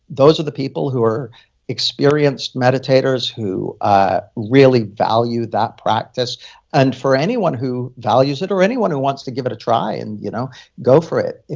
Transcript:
those are the people who are experienced meditators who ah really valued that practice and for anyone who values it or anyone who wants to give it a try, and you know go for it.